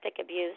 abuse